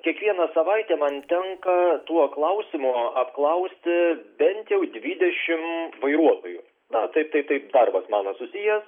kiekvieną savaitę man tenka tuo klausimu apklausti bent jau dvidešim vairuotojų na taip tai tai darbas mano susijęs